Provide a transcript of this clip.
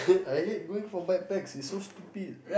I hate going for backpacks it's so stupid